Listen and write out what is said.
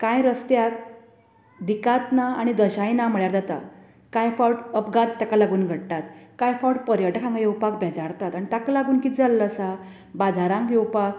कांय रसत्यात दिकात ना आनी दशाय ना म्हळ्यार जाता कांय फावट अपघात ताका लागून घडटात कांय फावट पर्यटक हांगा येवपाक बेजारतात आनी ताका लागून किदें जाल्लें आसा बाजारान येवपाक